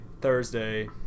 Thursday